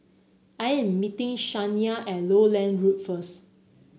I am meeting Shania at Lowland Road first